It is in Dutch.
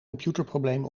computerprobleem